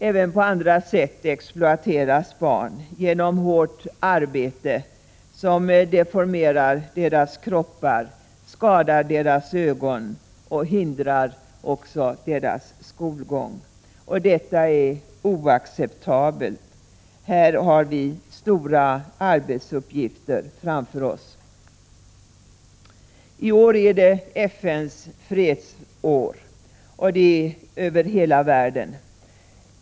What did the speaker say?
Även på andra sätt exploateras barn: hårt arbete deformerar deras kroppar, skadar deras ögon och hindrar deras skolgång. Detta är oacceptabelt. Här har vi stora arbetsuppgifter framför oss. I år är det FN:s fredsår över hela världen.